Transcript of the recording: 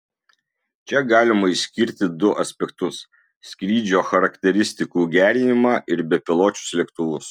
čia galima išskirti du aspektus skrydžio charakteristikų gerinimą ir bepiločius lėktuvus